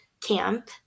camp